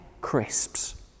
crisps